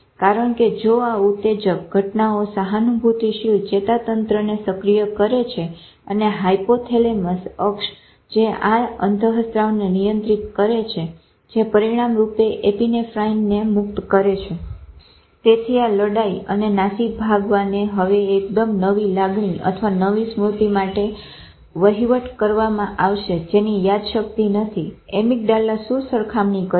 કારણ કે જો આ ઉતેજ્ક ઘટનાઓ સહાનુભુતીશીલ ચેતાતંત્રને સક્રિય કરે છે અને હાયપોથેલેમસ અક્ષ જે આ અંતસ્ત્રાવને નિયંત્રીત કરે છે જે પરિણામરૂપે એપીનેફ્રાઈનને મુક્ત કરે છે તેથી આ લડાઈ અને નાસીભાગવાને હવે એકદમ નવી લાગણી અથવા નવી સ્મૃતિ માટે વહીવટ કરવામાં આવશે જેની યાદશક્તિ નથી એમીગડાલા શું સરખામણી કરશે